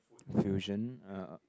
fusion ah